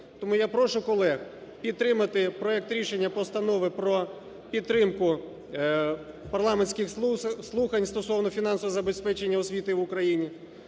Тому я прошу колег підтримати проект рішення Постанови про підтримку парламентських слухань стосовно фінансового забезпечення освіти в Україні